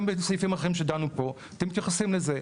וגם בסעיפים אחרים שדנו פה, אתם מתייחסים לזה.